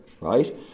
right